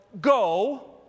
go